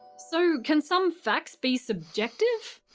so, can some facts be subjective?